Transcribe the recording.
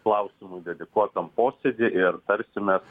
klausimui dedikuotam posėdy ir tarsimės